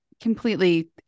completely